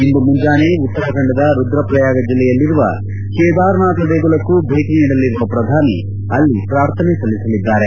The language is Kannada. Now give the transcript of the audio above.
ಇಂದು ಮುಂಜಾನೆ ಉತ್ತರಾಖಂಡದ ರುದ್ರಪ್ರಯಾಗ ಜಿಲ್ಲೆಯಲ್ಲಿರುವ ಕೇದಾರನಾಥ ದೇಗುಲಕ್ಕೂ ಭೇಟ ನೀಡಲಿರುವ ಪ್ರಧಾನಿ ಅಲ್ಲಿ ಪ್ರಾರ್ಥನೆ ಸಲ್ಲಿಸಲಿದ್ದಾರೆ